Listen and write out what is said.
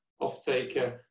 off-taker